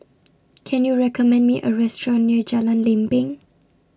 Can YOU recommend Me A Restaurant near Jalan Lempeng